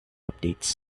updates